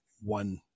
one